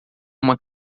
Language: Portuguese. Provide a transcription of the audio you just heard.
uma